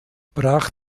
brach